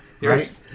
Right